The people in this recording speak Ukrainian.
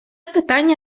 питання